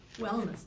wellness